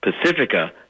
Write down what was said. Pacifica